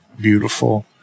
beautiful